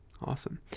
awesome